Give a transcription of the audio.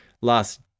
last